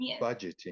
budgeting